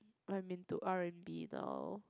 I'm into R and B now